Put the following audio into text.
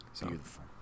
beautiful